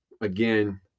again